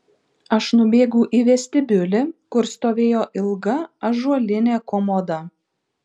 aš nubėgau į vestibiulį kur stovėjo ilga ąžuolinė komoda